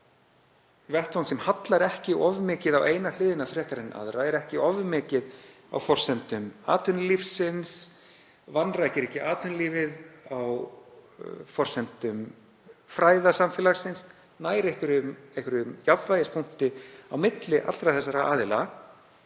vettvang þar sem hallar ekki of mikið á eina hliðina frekar en aðra, sem er ekki of mikið á forsendum atvinnulífsins, vanrækir ekki atvinnulífið á forsendum fræðasamfélagsins, nær einhverjum jafnvægispunkti á milli allra þessara aðila,